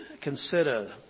consider